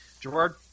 Gerard